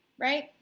right